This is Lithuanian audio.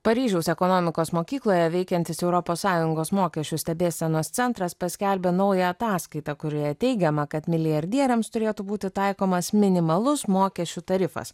paryžiaus ekonomikos mokykloje veikiantis europos sąjungos mokesčių stebėsenos centras paskelbė naują ataskaitą kurioje teigiama kad milijardieriams turėtų būti taikomas minimalus mokesčių tarifas